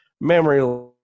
Memory